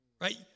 Right